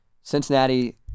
Cincinnati